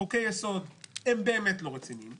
חוקי יסוד הם באמת לא רציניים.